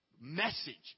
message